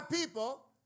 people